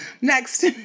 Next